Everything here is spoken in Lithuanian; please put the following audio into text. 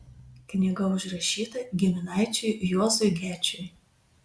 knyga užrašyta giminaičiui juozui gečiui